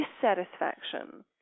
dissatisfaction